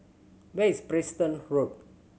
where is Preston Road